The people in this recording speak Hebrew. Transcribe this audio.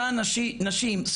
אותן נשים,